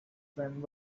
friend